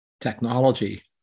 technology